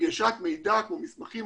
הנגשת מידע כמו מסמכים,